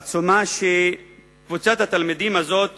עצומה שקבוצת התלמידים הזאת